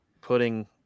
putting